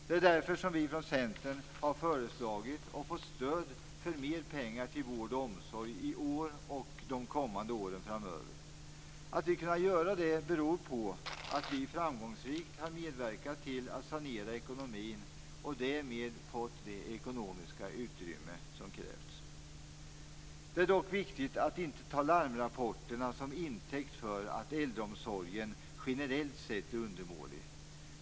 Det är därför som vi från Centern har föreslagit och fått stöd för mer pengar till vård och omsorg i år och åren framöver. Att vi har kunnat göra det beror på att vi framgångsrikt har medverkat till att sanera ekonomin och därmed fått det ekonomiska utrymme som krävts för detta. Det är dock viktigt att man inte tar larmrapporterna till intäkt för att äldreomsorgen generellt sett är undermålig.